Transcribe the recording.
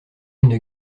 une